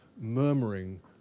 murmuring